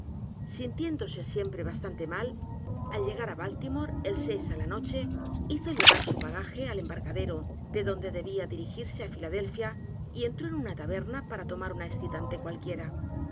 sintiéndose siempre bastante mal alllegar á baltimore el seis á la noche hizo llevar su bagaje al embarcadero de donde debía dirigirse á filadelfia y entró en una t a b e r n a p a r a tomar un excitante cualquiera